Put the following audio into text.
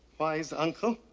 wise uncle?